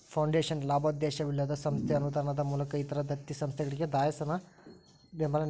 foundation ಲಾಭೋದ್ದೇಶವಿಲ್ಲದ ಸಂಸ್ಥೆ ಅನುದಾನದ ಮೂಲಕ ಇತರ ದತ್ತಿ ಸಂಸ್ಥೆಗಳಿಗೆ ಧನಸಹಾಯ ಬೆಂಬಲ ನಿಡ್ತದ